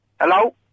Hello